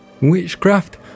Witchcraft